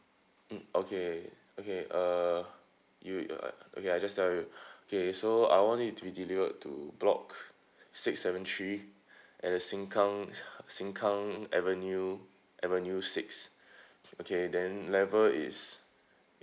mm okay okay uh you okay I just tell you okay so I want it to be delivered to block six seven three at the sengkang sengkang avenue avenue six okay then level is